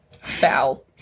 Foul